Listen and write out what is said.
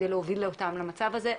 כי להוביל אותם למצב הזה,